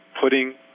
putting